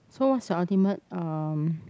so what's your ultimate um